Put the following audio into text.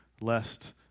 lest